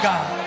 God